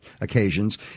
occasions